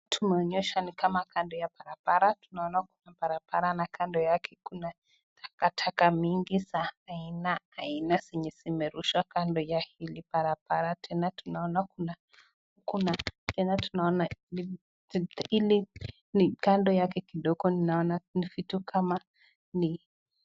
Tumeonyeshwa ni kama kando ya barabara na kando yake kuna takataka mingi za aina aina zenye zimerushwa kando ya hili barabara. Tena tunaona kuna kuna tena tunaona hili nikando yake ili kdogo kitu kama